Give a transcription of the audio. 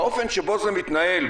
האופן שבו זה מתנהל,